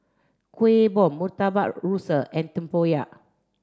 Kueh Bom Murtabak Rusa and Tempoyak